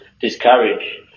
discourage